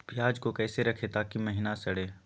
प्याज को कैसे रखे ताकि महिना सड़े?